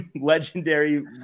legendary